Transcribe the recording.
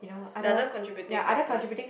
there are other contributing factors